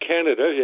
Canada